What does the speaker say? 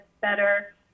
better